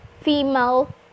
female